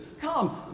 Come